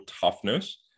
toughness